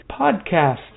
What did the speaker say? podcast